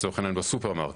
בסופרמרקט.